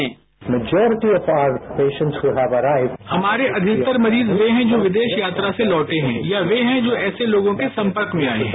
sound bite हमारे अधिकतर मरीज वे हैं जो विदेश यात्रा से लौटे हैं या वे हैं जो ऐसे लोगों के संपर्क में आये हैं